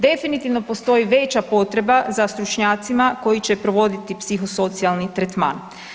Definitivno postoji veća potreba za stručnjacima koji će provoditi psihosocijalni tretman.